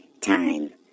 time